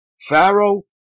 Pharaoh